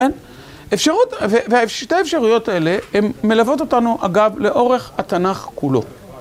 אפשרות, והשתי האפשרויות האלה הן מלוות אותנו אגב לאורך התנ״ך כולו.